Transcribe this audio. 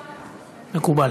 מקובל.